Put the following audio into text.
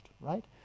right